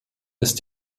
ist